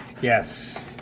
Yes